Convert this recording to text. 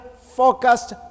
focused